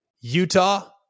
Utah